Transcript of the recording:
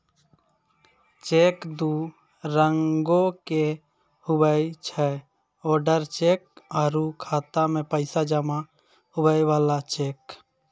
cheque दू रंगोके हुवै छै ओडर चेक आरु खाता मे पैसा जमा हुवै बला चेक